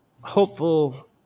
hopeful